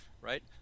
right